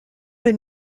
been